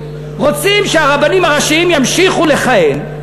רוצים שהרבנים הראשיים ימשיכו לכהן,